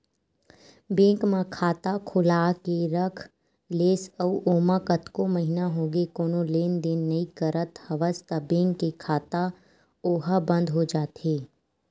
bank म खाता खोलाके के रख लेस अउ ओमा कतको महिना होगे कोनो लेन देन नइ करत हवस त बेंक के खाता ओहा बंद हो जाथे